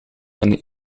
een